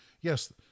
yes